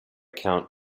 count